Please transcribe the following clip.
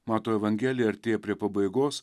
mato evangelija artėja prie pabaigos